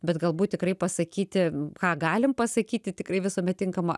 bet galbūt tikrai pasakyti ką galim pasakyti tikrai visuomet tinkama